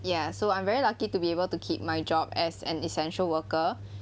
ya so I'm very lucky to be able to keep my job as an essential worker